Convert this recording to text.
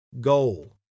goal